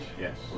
Yes